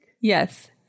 yes